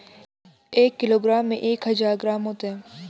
एक किलोग्राम में एक हजार ग्राम होते हैं